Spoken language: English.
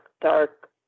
dark